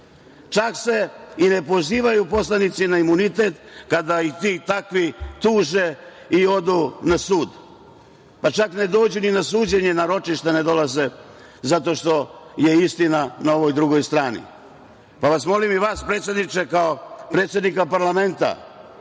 čak se i ne pozivaju poslanici na imunitet kada ih ti takvi tuže i odu na sud, pa čak ne dođe ni na suđenje, na ročište ne dolaze zato što je istina na ovoj drugoj strani. Molim i vas predsedniče kao predsednika parlamenta